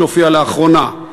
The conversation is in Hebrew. שהופיע לאחרונה: